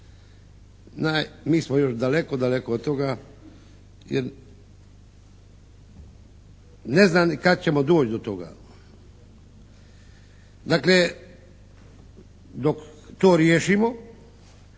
Mi smo još daleko, daleko od toga jer, i ne znam kad ćemo doći do toga. Dakle, dok to riješimo